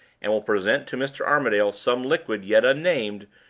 and will present to mr. armadale some liquid yet unnamed,